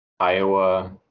Iowa